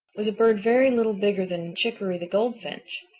was a bird very little bigger than chicoree the goldfinch.